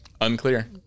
Unclear